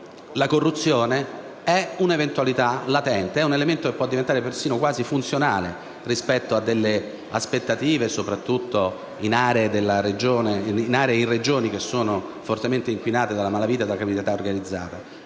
la corruzione è un'eventualità latente, è un elemento che può diventare persino quasi funzionale rispetto a delle aspettative, soprattutto in aree e in regioni che sono fortemente inquinate dalla malavita e dalla criminalità organizzata.